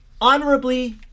honorably